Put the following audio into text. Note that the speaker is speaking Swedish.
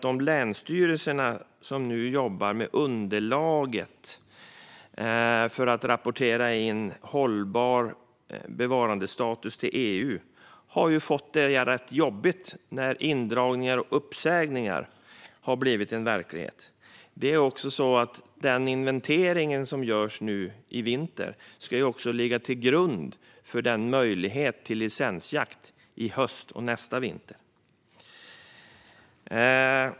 De länsstyrelser som nu arbetar med underlaget för att rapportera in hållbar bevarandestatus till EU har fått det rätt jobbigt när indragningar och uppsägningar har blivit en verklighet. Den inventering som görs nu i vinter ska också ligga till grund för möjligheten till licensjakt i höst och nästa vinter.